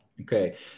Okay